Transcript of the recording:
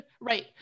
right